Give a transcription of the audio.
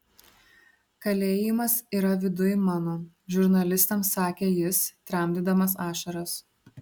kalėjimas yra viduj mano žurnalistams sakė jis tramdydamas ašaras